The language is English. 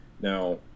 Now